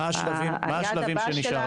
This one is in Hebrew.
מה השלבים שנשארו?